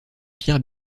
pierre